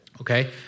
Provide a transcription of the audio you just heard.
okay